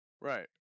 Right